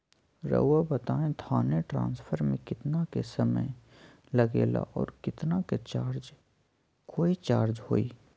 रहुआ बताएं थाने ट्रांसफर में कितना के समय लेगेला और कितना के चार्ज कोई चार्ज होई?